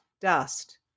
dust